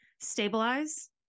stabilize